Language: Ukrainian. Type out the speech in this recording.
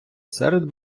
серед